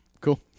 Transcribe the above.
Cool